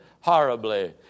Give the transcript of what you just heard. horribly